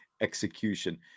execution